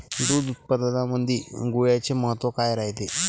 दूध उत्पादनामंदी गुळाचे महत्व काय रायते?